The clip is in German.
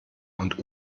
und